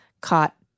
caught